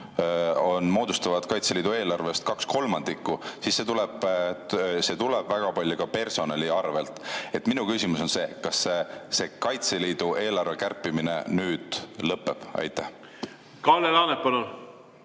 moodustavad Kaitseliidu eelarvest kaks kolmandikku, siis see tuleb väga palju ka personali arvel. Minu küsimus on see: kas see Kaitseliidu eelarve kärpimine nüüd lõpeb? Aitäh! Tänan